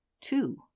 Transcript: Two